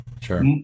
Sure